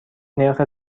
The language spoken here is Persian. نرخ